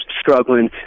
struggling